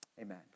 Amen